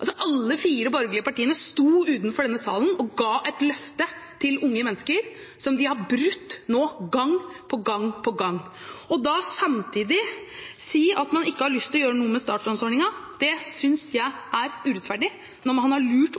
Alle de fire borgerlige partiene sto utenfor denne salen og ga et løfte til unge mennesker, som de har brutt gang på gang på gang, og da samtidig å si at man ikke har lyst til å gjøre noe med startlånsordningen, synes jeg er urettferdig når man har lurt